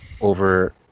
over